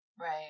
Right